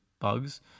bugs